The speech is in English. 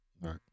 Right